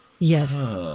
Yes